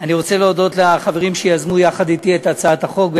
אני רוצה להודות לחברים שיזמו יחד אתי את הצעת החוק,